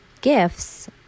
gifts